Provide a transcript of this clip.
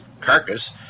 carcass